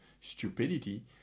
stupidity